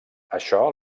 això